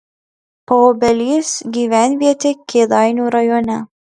paobelys gyvenvietė kėdainių rajone